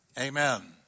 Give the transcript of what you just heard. Amen